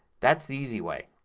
that's the easy way.